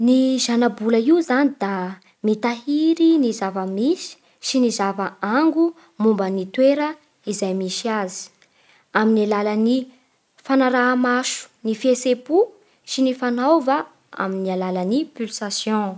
Ny zana-bola io zany da mitahiry ny zava-misy sy ny zava-ango momba ny toera izay misy azy amin'ny alalan'ny fanaraha-maso ny fihetsem-po sy ny fanaova amin'ny alalan'ny pulsation.